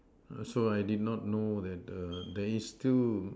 so I did not know that err there is still